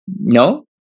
No